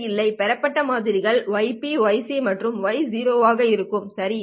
ஐ இல்லை பெறப்பட்ட மாதிரிகள் Yp Yc மற்றும் Y0 ஆக இருக்கும் சரி